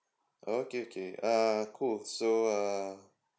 oh okay okay uh cool so uh